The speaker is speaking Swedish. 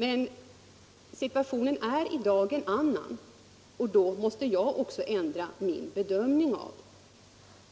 Men situationen är i dag en annan, och då måste jag också ändra min bedömning av